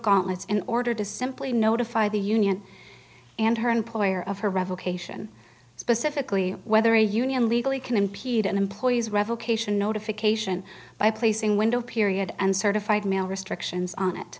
gauntlet in order to simply notify the union and her employer of her revocation specifically whether a union legally can impede an employee's revocation notification by placing window period and certified mail restrictions on it